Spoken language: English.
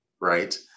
right